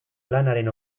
lanaren